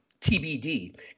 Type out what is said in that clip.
TBD